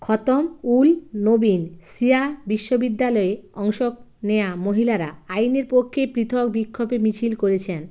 খতম উল নবীন শিয়া বিশ্ববিদ্যালয়ে অংশ নেয়া মহিলারা আইনের পক্ষে পৃথক বিক্ষোভে মিছিল করেছেন